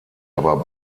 aber